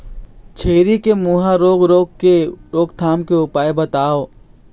छेरी के मुहा रोग रोग के रोकथाम के उपाय बताव?